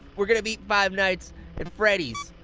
we're gonna beat five nights at freddy's.